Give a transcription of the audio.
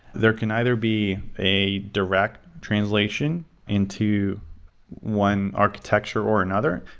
there can either be a direct translation into one architecture or another.